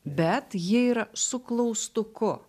bet ji yra su klaustuku